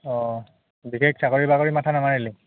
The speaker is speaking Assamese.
অঁ বিশেষ চাকৰি বাকৰি মাথা নামাৰিলি